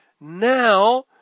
now